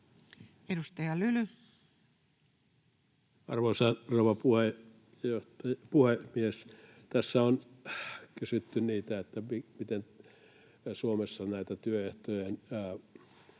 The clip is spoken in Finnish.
Content: Arvoisa rouva puhemies! Tässä kun on kysytty siitä, miten Suomessa näitä työehtojen